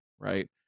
right